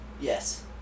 Yes